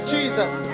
Jesus